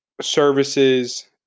services